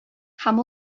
һәм